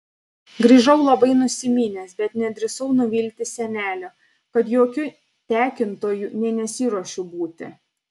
grįžau labai nusiminęs bet nedrįsau nuvilti senelio kad jokiu tekintoju nė nesiruošiu būti